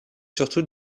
surtout